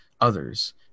others